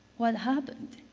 what happened?